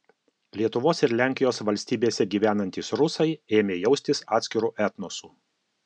lietuvos ir lenkijos valstybėse gyvenantys rusai ėmė jaustis atskiru etnosu